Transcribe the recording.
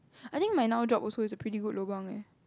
I think my now job also is a pretty good lobang eh